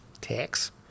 tax